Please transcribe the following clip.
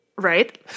Right